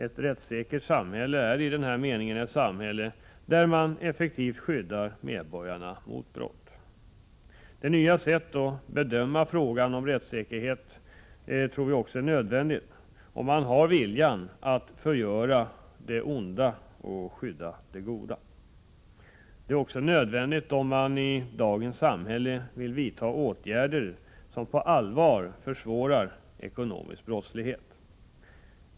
Ett rättssäkert samhälle är i denna mening ett samhälle där man effektivt skyddar medborgarna mot brott. Detta nya sätt att bedöma frågan om rättssäkerhet tror jag också är nödvändigt om man har viljan att förgöra det ”onda” och skydda det ”goda”. Det är också nödvändigt om man i dagens samhälle vill vidta åtgärder som på allvar försvårar ekonomisk brottslighet.